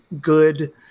good